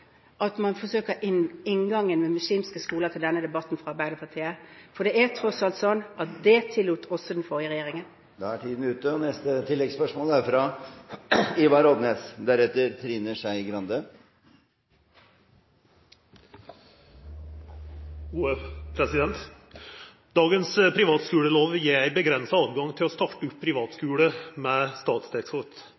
at man fra Arbeiderpartiet bruker muslimske skoler som inngang til denne debatten, for det er tross alt sånn at det tillot også den forrige regjeringen. Ivar Odnes – til oppfølgingsspørsmål. Dagens privatskulelov gjev ein avgrensa rett til å